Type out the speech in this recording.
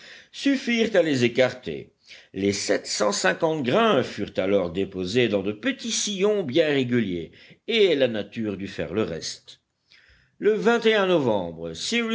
suffirent à les écarter les sept cent cinquante grains furent alors déposés dans de petits sillons bien réguliers et la nature dut faire le reste le novembre